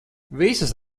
visas